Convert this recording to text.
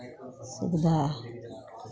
सुविधा